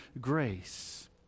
grace